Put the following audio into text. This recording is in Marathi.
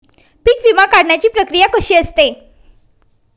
पीक विमा काढण्याची प्रक्रिया कशी असते?